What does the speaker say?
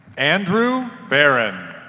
andrew baron